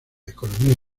economía